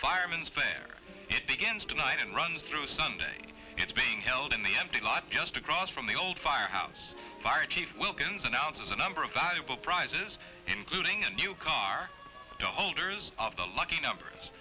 fireman's prayer it begins tonight and runs through sunday it's being held in the empty lot just across from the old fire house fire chief wilkins announces a number of valuable prizes including a new car to holders of the lucky numbers